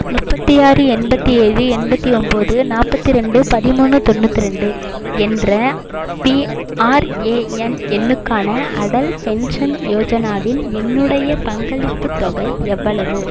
முப்பத்தி ஆறு எண்பத்தி ஏழு எண்பத்தி ஒம்போது நாற்பத்தி ரெண்டு பதிமூணு தொண்ணூற்றி ரெண்டு என்ற பிஆர்ஏஎன் எண்ணுக்கான அடல் பென்ஷன் யோஜனாவில் என்னுடைய பங்களிப்புத் தொகை எவ்வளவு